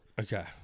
Okay